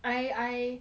I I